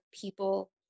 people